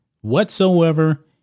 whatsoever